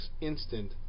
Instant